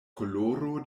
koloro